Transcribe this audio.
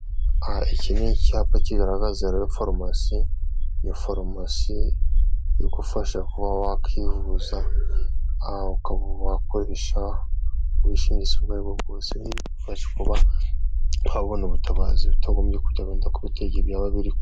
Iki ni icyapa kigaragaza rero farumasi, ni farumasi igufasha wakwivuza ukakoresha ubwishingizi ubwari bwo bwose, ukuba wabona ubutabazi utagombye kujyabanda kubitege byaba biriho.